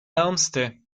ärmste